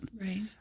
Right